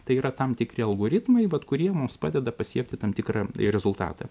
tai yra tam tikri algoritmai vat kurie mums padeda pasiekti tam tikrą rezultatą